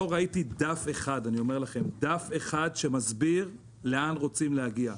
לא ראיתי דף אחד שמסביר לאן רוצים להגיע.